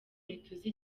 ntituzi